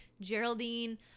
Geraldine